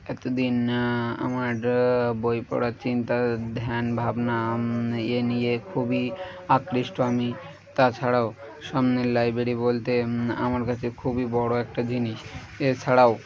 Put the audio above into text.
এতদিন আমার বই পড়া চিন্তা ধ্যান ভাবনা এ নিয়ে খুবই আকৃষ্ট আমি তাছাড়াও সামনের লাইব্রেরি বলতে আমার কাছে খুবই বড় একটা জিনিস এছাড়াও